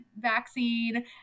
vaccine